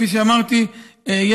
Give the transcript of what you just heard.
כפי שאמרתי,